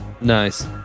Nice